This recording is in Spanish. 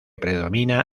predomina